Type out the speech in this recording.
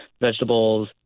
vegetables